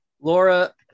Laura